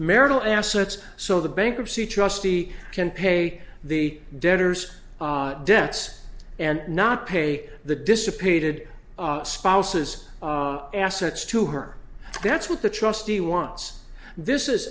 marital assets so the bankruptcy trustee can pay the debtors debts and not pay the dissipated spouse's assets to her that's what the trustee wants this is